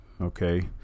okay